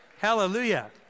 Hallelujah